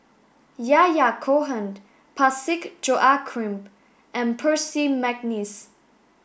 Yahya Cohen Parsick Joaquim and Percy McNeice